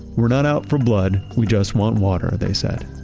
we're not out for blood, we just want water, they said.